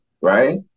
right